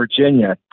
Virginia